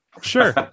Sure